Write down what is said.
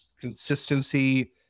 consistency